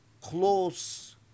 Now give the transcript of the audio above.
close